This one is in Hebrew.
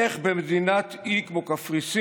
איך במדינת אי כמו קפריסין,